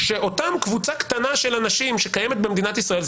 שאותה קבוצה קטנה של אנשים שקיימת במדינת ישראל,